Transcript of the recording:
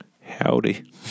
Howdy